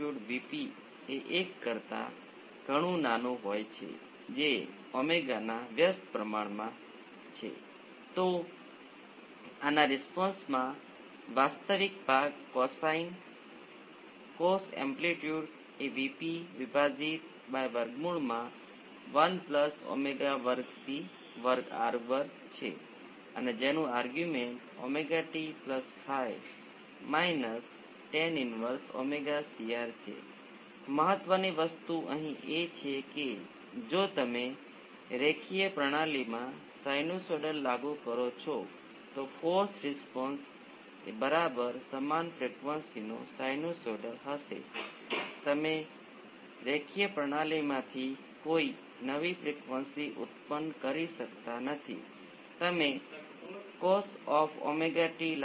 આ કિસ્સામાં એકમાત્ર રસ્તો એ છે કે તમે અમુક ચલ પસંદ કરો છો તેનું વિકલન સમીકરણ લખો ચાલો V c અથવા i l કહીએ અને વિકલન સમીકરણ જૂથને જમણી બાજુએ ડાબી બાજુના તમામ ચલોને યોગ્ય રીતે સામાન્ય કરીએ અને ડેમ્પિંગ ફેક્ટર અને નેચરલ ફ્રિક્વન્સી શોધો